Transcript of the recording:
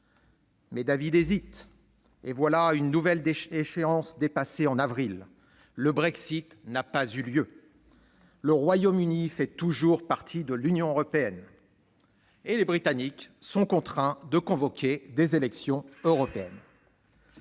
Mais David hésite. Et voilà une nouvelle échéance dépassée en avril. Le Brexit n'a pas eu lieu. Le Royaume-Uni fait toujours partie de l'Union européenne et les Britanniques sont contraints de convoquer des élections européennes.